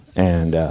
and